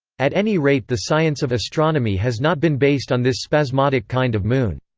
at any rate the science of astronomy has not been based on this spasmodic kind of moon.